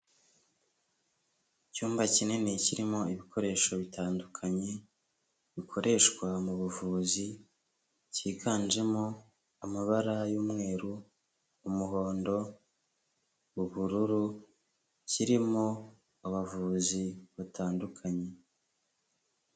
Icyumba kinini kirimo ibikoresho bitandukanye, bikoreshwa mu buvuzi, cyiganjemo amabara y'umweru, umuhondo, ubururu, kirimo abavuzi batandukanye.